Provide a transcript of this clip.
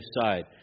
side